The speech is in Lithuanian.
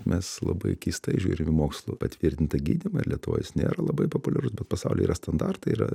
mes labai keistai žiūrim į mokslu patvirtintą gydymą ir lietuvoj jis nėra labai populiarus bet pasauly yra standartai yra